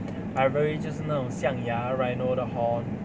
ivory 就是那种象牙 rhino 的 horn